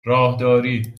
راهداری